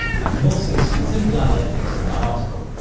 i can also see simple analytics for my article,